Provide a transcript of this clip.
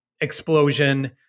explosion